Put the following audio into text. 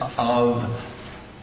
of